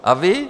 A vy?